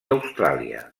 austràlia